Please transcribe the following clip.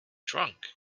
drunk